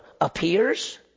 appears